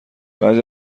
بعضی